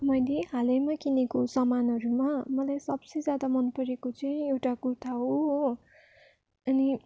मैले हालैमा किनेको सामानहरूमा मलाई सबसे ज्यादा मन परेको चाहिँ एउटा कुर्ता हो हो अनि